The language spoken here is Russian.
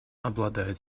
обладает